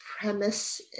premise